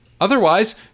otherwise